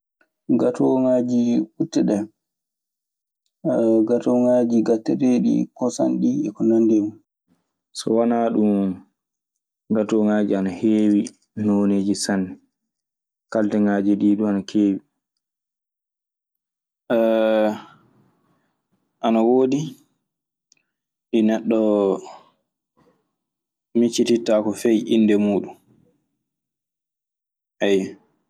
Gaatogaji buteede, he gaatogaji gatteteɗi kossam ɗi e ko nandi e mun. So wanaa ɗun batooŋaaji ana heewi nooneeji sanne, kalteŋaaji ɗii du ana keewi. ana woodi, ɗi neɗɗo mi mijjitaako fay innde muɗum, eey.